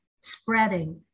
spreading